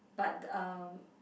but um